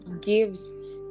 gives